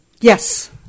Yes